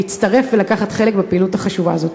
להצטרף ולקחת חלק בפעילות החשובה הזאת.